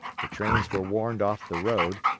the trains were warned off the road,